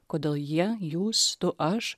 kodėl jie jūs tu aš